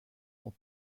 aux